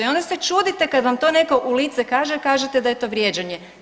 I onda se čudite kad vam to netko u lice kaže, kažete da je to vrijeđanje.